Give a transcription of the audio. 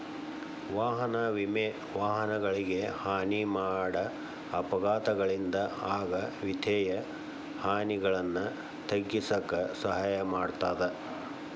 ವಾಹನ ವಿಮೆ ವಾಹನಗಳಿಗೆ ಹಾನಿ ಮಾಡ ಅಪಘಾತಗಳಿಂದ ಆಗ ವಿತ್ತೇಯ ಹಾನಿಗಳನ್ನ ತಗ್ಗಿಸಕ ಸಹಾಯ ಮಾಡ್ತದ